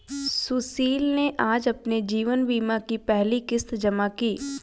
सुशील ने आज अपने जीवन बीमा की पहली किश्त जमा की